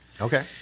Okay